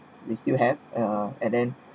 we still have uh and then